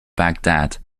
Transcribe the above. baghdad